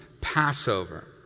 Passover